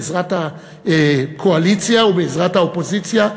בעזרת הקואליציה ובעזרת האופוזיציה,